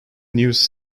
news